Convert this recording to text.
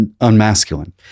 unmasculine